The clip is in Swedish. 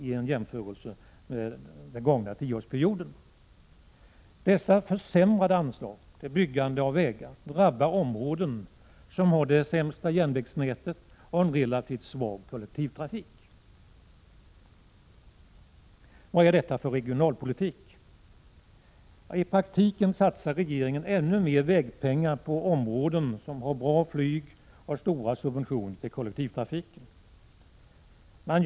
De försämrade anslagen till vägbyggande gör att de områden drabbas som har det sämsta järnvägsnätet och en relativt svag kollektivtrafik. Vad är då detta för regionalpolitik? Ja, i praktiken satsar regeringen ännu mer vägpengar på områden som har en bra flygtrafik och stora subventioner till kollektivtrafiken.